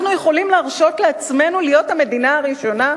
אנחנו יכולים להרשות לעצמנו להיות המדינה הראשונה?